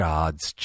God's